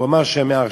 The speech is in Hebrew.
הוא אמר שמעכשיו,